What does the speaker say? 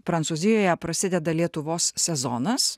prancūzijoje prasideda lietuvos sezonas